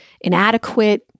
inadequate